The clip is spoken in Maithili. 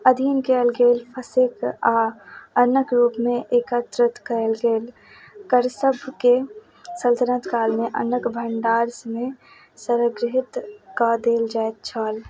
अधीन कएल गेल फसिलके आओर अन्नके रूपमे एकत्रित कएल गेल कर्तभके सल्तनत कालमे अन्नकेँ भण्डार सबमे सन्ग्रहित कऽ देल जाइत छल